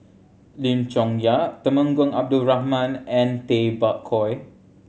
Lim Chong Yah Temenggong Abdul Rahman and Tay Bak Koi